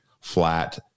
flat